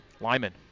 Lyman